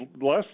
less